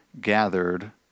gathered